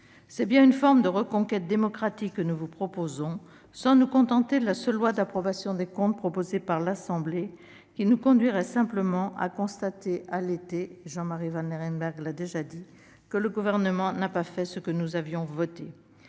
C'est donc bien une forme de reconquête démocratique que nous vous proposons, sans nous contenter de la seule loi d'approbation des comptes proposée par l'Assemblée nationale, qui nous conduirait simplement à constater, à l'été- Jean-Marie Vanlerenberghe l'a souligné -, que le Gouvernement n'a pas fait ce que nous avions décidé.